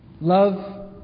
Love